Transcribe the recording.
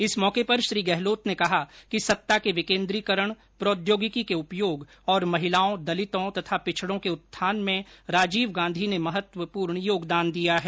इस मौके पर श्री गहलोत ने कहा कि सत्ता के विकेंद्रीकरण प्रोद्यौगिकी के उपयोग तथा महिलाओं दलितों और पिछड़ों के उत्थान में राजीव गांधी ने महत्वपूर्ण योगदान दिया है